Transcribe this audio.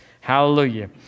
Hallelujah